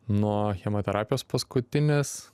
nuo chemoterapijos paskutinės